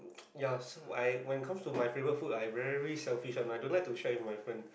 yes so I when it comes to my favourite food I very selfish one I don't like to share with my friend